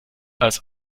als